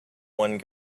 one